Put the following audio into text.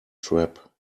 trap